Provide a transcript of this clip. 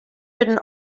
written